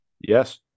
Yes